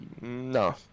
No